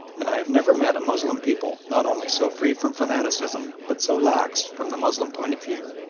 and i have never met a moslem people not only so free from fanaticism but so lax, from the moslem point of view,